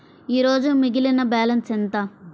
ఈరోజు మిగిలిన బ్యాలెన్స్ ఎంత?